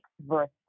verse